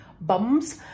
bums